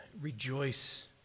rejoice